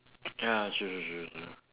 ya true true true true